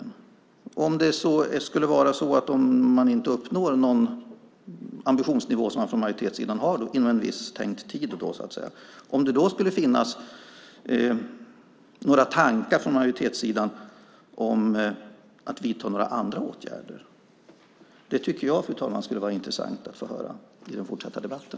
Om man inom en viss tid inte uppnår den ambitionsnivå som majoritetssidan har och om det skulle finnas några tankar från majoritetssidan om att vidta andra åtgärder skulle det, fru talman, vara intressant att få höra om dem i den fortsatta debatten.